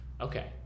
Okay